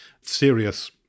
serious